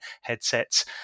headsets